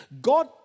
God